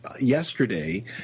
yesterday